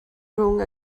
rhwng